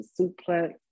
suplex